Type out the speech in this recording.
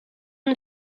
una